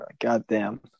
Goddamn